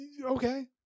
okay